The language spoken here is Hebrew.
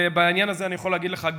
ובעניין הזה אני יכול להגיד לך,